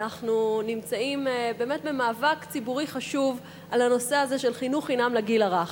אנחנו נמצאים במאבק ציבורי חשוב על הנושא הזה של חינוך חינם לגיל הרך.